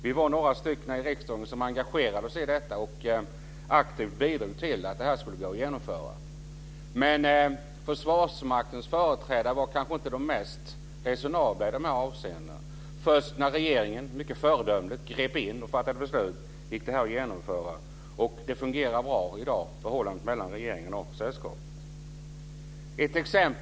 Vi var några i riksdagen som engagerade oss i detta och aktivt bidrog till att detta gick att genomföra. Men Försvarsmaktens företrädare var kanske inte de mest resonabla i dessa avseenden. Först när regeringen mycket föredömligt grep in och fattade beslut gick detta att genomföra. Och i dag fungerar förhållandet mellan regeringen och Sjöräddningssällskapet bra. Fru talman!